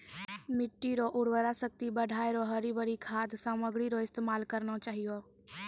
मिट्टी रो उर्वरा शक्ति बढ़ाएं रो हरी भरी खाद सामग्री रो इस्तेमाल करना चाहियो